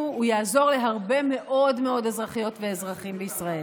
יעזור להרבה מאוד אזרחיות ואזרחים בישראל.